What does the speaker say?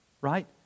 right